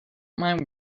mind